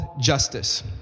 justice